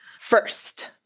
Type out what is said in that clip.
First